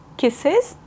kisses